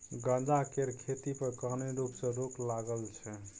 गांजा केर खेती पर कानुनी रुप सँ रोक लागल छै